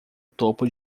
topo